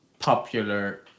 popular